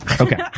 okay